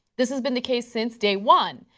this has been the case since day one.